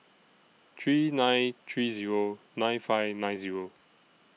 three nine three Zero nine five nine Zero